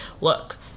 look